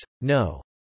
no